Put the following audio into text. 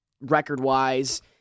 record-wise